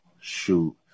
Shoot